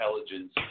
intelligence